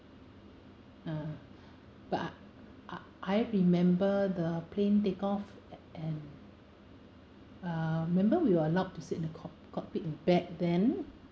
ah but I I remember the plane take off and uh remember we were allowed to sit in the cock~ cockpit back then